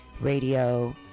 Radio